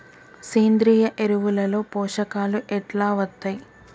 సేంద్రీయ ఎరువుల లో పోషకాలు ఎట్లా వత్తయ్?